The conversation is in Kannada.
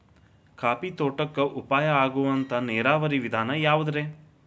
ಕಾಫಿ ತೋಟಕ್ಕ ಉಪಾಯ ಆಗುವಂತ ನೇರಾವರಿ ವಿಧಾನ ಯಾವುದ್ರೇ?